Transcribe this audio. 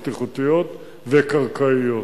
בטיחותיות וקרקעיות.